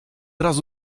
razu